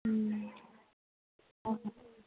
ꯎꯝ ꯑꯣ